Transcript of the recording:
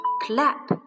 Clap